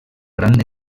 gran